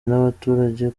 n’abaturage